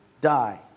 die